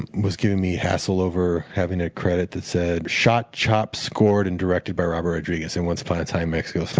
and was giving me hassle over having a credit that said, shot, chopped, scored, and directed by robert rodriguez in once upon a time mexico. so